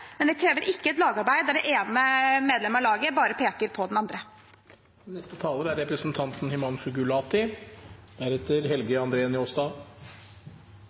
men ikke et lagarbeid der det ene medlemmet av laget bare peker på det andre. Utfordringene i Groruddalen og Oslo sør er